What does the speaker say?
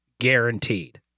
guaranteed